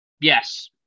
Yes